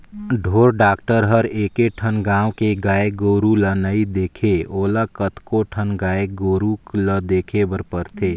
ढोर डॉक्टर हर एके ठन गाँव के गाय गोरु ल नइ देखे ओला कतको ठन गाय गोरु ल देखे बर परथे